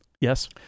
Yes